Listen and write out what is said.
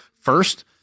first